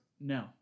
No